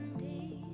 the